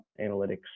analytics